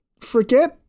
forget